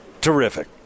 Terrific